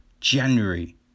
January